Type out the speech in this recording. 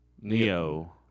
Neo